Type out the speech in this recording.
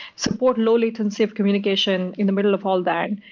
support low latency of communication in the middle of all that.